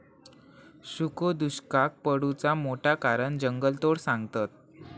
सुखो दुष्काक पडुचा मोठा कारण जंगलतोड सांगतत